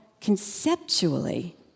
conceptually